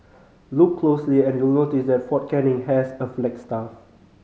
look closely and you'll notice that Fort Canning has a flagstaff